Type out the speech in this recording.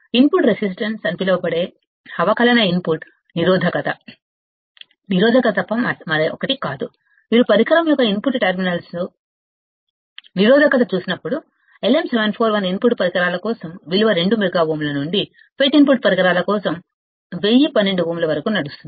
input resistance అని పిలువబడే అవకలన ఇన్పుట్ నిరోధకత నిరోధకత తప్ప మరొకటి కాదు మీరు పరికరం యొక్క ఇన్పుట్ టెర్మినల్స్ నిరోధకత చూసినప్పుడు LM741 ఇన్పుట్ పరికరాల కోసం విలువ 2 మెగా ఓంల నుండి FET ఇన్పుట్ పరికరాల కోసం 1012 ఓంల వరకు నడుస్తుంది